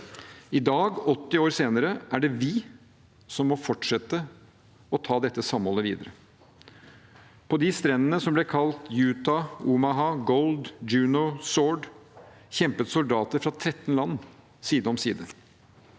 I dag, 80 år senere, er det vi som må fortsette å ta dette samholdet videre. På de strendene som ble kalt Utah, Omaha, Gold, Juno og Sword, kjempet soldater fra 13 land side om side.